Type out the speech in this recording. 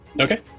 Okay